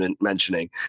mentioning